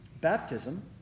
Baptism